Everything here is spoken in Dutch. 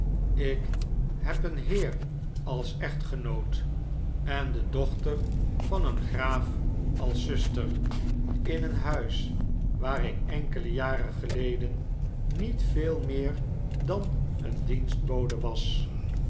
ik heb een heer als echtgenoot en de dochter van een graaf als zuster in een huis waar ik enkele jaren geleden niet veel meer dan een dienstbode was